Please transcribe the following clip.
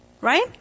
Right